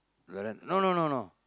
like that no no no no